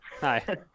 Hi